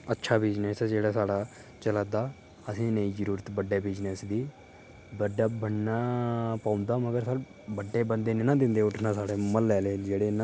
अच्छा बिजनिस ऐ जेह्ड़ा साढ़ा चला दा असें ई नेईं जरूरत बड्डे बिजनिस दी बड्डा बनना पौंदा मगर स्हानू बड्डे बंदे नेईं नां दिंदे उट्ठना साढ़े म्हल्ले आह्ले जेह्ड़े न